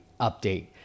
update